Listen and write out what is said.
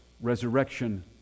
Resurrection